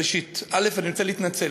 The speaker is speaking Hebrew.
ראשית, אני רוצה להתנצל.